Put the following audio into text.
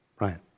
Ryan